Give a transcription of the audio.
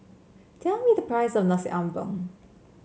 tell me the price of Nasi Ambeng